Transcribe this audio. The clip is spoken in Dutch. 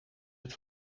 het